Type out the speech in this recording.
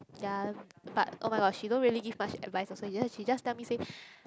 yea but oh-my-god she don't really give much advise also just she just tell me say